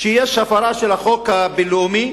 שיש הפרה של החוק הבין-לאומי,